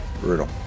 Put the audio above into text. Brutal